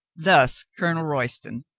thus colonel royston,